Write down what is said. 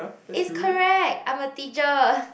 is correct I'm a teacher